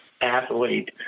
athlete